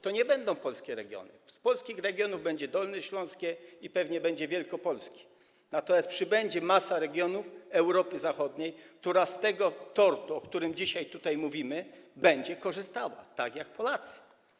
To nie będą polskie regiony, z polskich regionów będzie region dolnośląski i pewnie region wielkopolski, natomiast przybędzie masa regionów Europy Zachodniej, które z tego tortu, o którym dzisiaj mówimy, będą korzystały, tak jak Polacy.